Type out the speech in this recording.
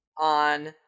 on